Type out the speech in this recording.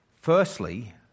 Firstly